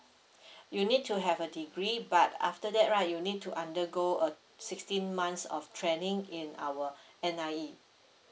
you need to have a degree but after that right you need to undergo a sixteen months of training in our N_I_E